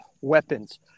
weapons